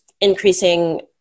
increasing